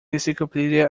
encyclopedia